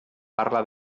parla